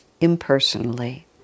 impersonally